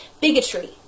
bigotry